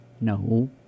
No